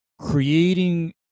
creating